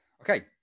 Okay